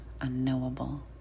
unknowable